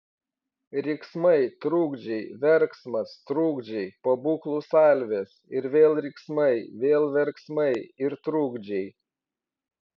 riksmai trukdžiai verksmas trukdžiai pabūklų salvės ir vėl riksmai vėl verksmai ir trukdžiai